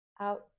out